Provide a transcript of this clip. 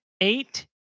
eight